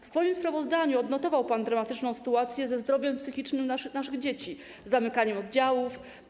W swoim sprawozdaniu odnotował pan dramatyczną sytuację, jeśli chodzi o zdrowie psychiczne naszych dzieci, zamykanie oddziałów.